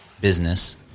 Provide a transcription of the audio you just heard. business